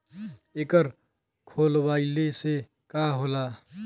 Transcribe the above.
एकर खोलवाइले से का होला?